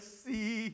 see